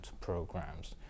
programs